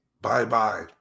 Bye-bye